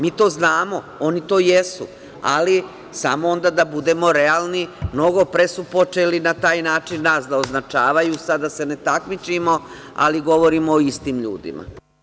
Mi to znamo, oni to jesu, ali samo onda da budemo realni, mnogo pre su počeli na taj način nas da označavaju, sada se ne takmičimo, ali govorimo o istim ljudima.